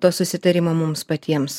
to susitarimo mums patiems